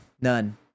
none